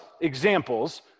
examples